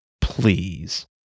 Please